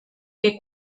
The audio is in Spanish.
que